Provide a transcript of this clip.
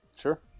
Sure